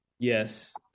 Yes